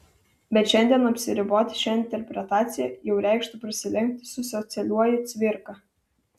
bet šiandien apsiriboti šia interpretacija jau reikštų prasilenkti su socialiuoju cvirka